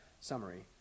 summary